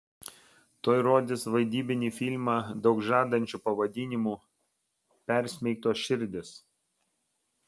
tuoj rodys vaidybinį filmą daug žadančiu pavadinimu persmeigtos širdys